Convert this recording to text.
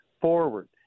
forward